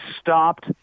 stopped